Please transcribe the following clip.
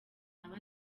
naba